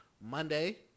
Monday